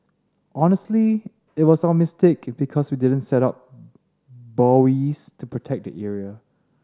honestly it was our mistake because we didn't set up buoys to protect the area